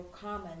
common